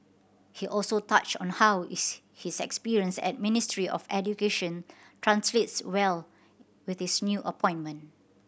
he also touched on how his experience at Ministry of Education translates well with his new appointment